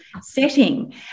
setting